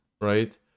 right